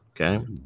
Okay